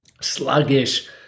sluggish